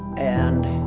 and.